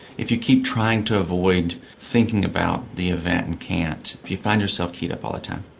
if you keep trying to avoid thinking about the event and can't, if you find yourself keyed up all the time,